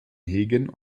hegen